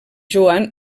joan